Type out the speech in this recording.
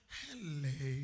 hello